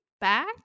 back